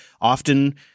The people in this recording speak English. often